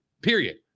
period